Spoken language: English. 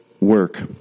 work